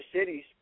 cities